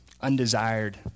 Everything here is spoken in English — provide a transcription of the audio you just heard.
undesired